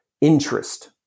interest